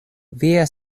via